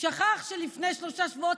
הוא שכח שלפני שלושה שבועות,